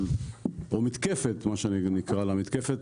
או מה שנקרא "מתקפת